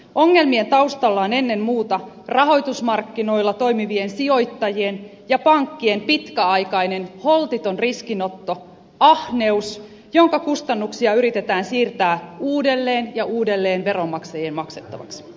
ongelmien taustalla on ennen muuta rahoitusmarkkinoilla toimivien sijoittajien ja pankkien pitkäaikainen holtiton riskinotto ahneus jonka kustannuksia yritetään siirtää uudelleen ja uudelleen veronmaksajien maksettavaksi